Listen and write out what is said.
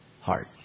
heart